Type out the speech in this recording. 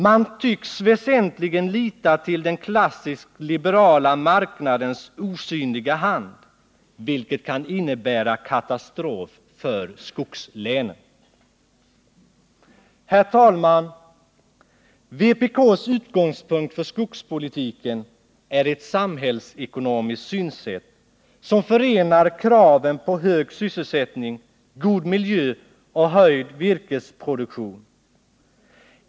Man tycks väsentligen lita till den klassiskt liberala marknadens osynliga hand, vilket kan innebära katastrof för skogslänen. Herr talman! Vpk:s utgångspunkt för skogspolitiken är ett samhällsekonomiskt synsätt som förenar kraven på hög sysselsättning, god miljö och höjd virkesproduktion.